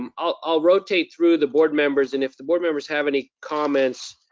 um i'll rotate through the board members, and if the board members have any comments,